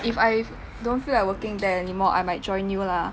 if I don't feel like working there anymore I might join you lah